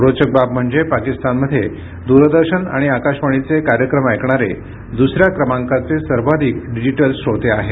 रोचक बाब म्हणजे पाकिस्तानमध्ये दूरदर्शन आणि आकाशवाणीचे कार्यक्रम ऐकणारे दुसऱ्या क्रमांकाचे सर्वाधिक डिजिटल श्रोते आहेत